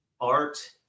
art